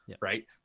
right